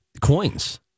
coins